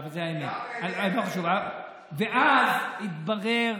ואז התברר,